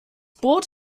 boot